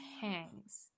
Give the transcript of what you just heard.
hangs